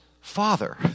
father